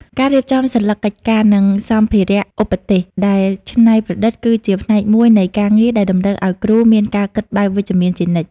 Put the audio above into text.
ការរៀបចំសន្លឹកកិច្ចការ និងសម្ភារៈឧបទេសដែលច្នៃប្រឌិត គឺជាផ្នែកមួយនៃការងារដែលតម្រូវឱ្យគ្រូមានការគិតបែបវិជ្ជមានជានិច្ច។